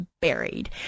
buried